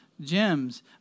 gems